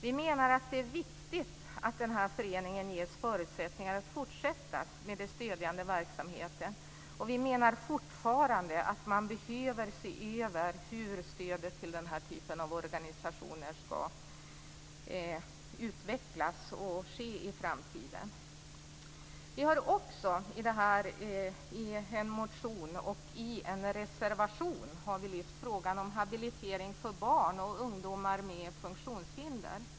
Vi menar att det är viktigt att föreningen ges förutsättningar att fortsätta med den stödjande verksamheten. Vi menar fortfarande att man behöver se över hur stödet till den här typen av organisationer ska utvecklas och ske i framtiden. Vi har i en reservation lyft frågan om habilitering för barn och ungdomar med funktionshinder.